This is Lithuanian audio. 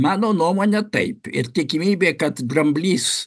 mano nuomone taip ir tikimybė kad dramblys